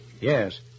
Yes